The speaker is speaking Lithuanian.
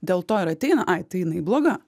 dėl to ir ateina ai tai jinai bloga